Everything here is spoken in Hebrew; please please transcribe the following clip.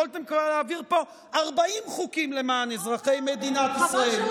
יכולתם כבר להעביר פה 40 חוקים למען אזרחי מדינת ישראל.